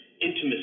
intimacy